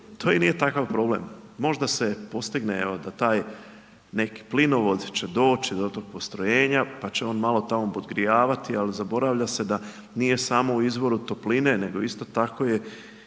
to i nije takav problem. Možda se postigne, da taj neki plinovod će doći do tog postrojenja, pa će on malo tamo podgrijavati, ali zaboravlja se da nije samo u izvoru topline, nego isto tako je